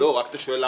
לא, אתה שואל...